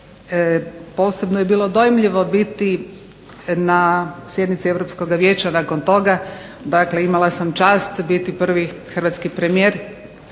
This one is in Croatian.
posebno je bilo dojmljivo biti na sjednici Europskoga vijeća nakon toga. Dakle, imala sam čast biti prvi hrvatski premijer